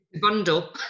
Bundle